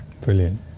Brilliant